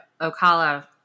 Ocala